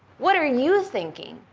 what are you thinking?